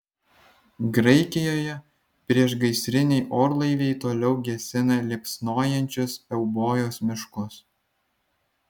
graikijoje priešgaisriniai orlaiviai toliau gesina liepsnojančius eubojos miškus